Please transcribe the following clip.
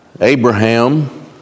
Abraham